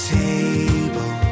table